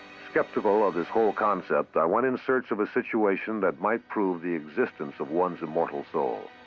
skeptical of this whole concept, i went in search of a situation that might prove the existence of one's immortal soul.